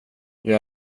jag